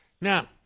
Now